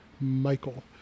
Michael